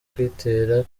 kuyitera